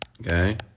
Okay